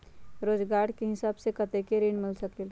रोजगार के हिसाब से कतेक ऋण मिल सकेलि?